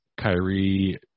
Kyrie